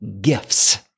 gifts